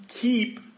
keep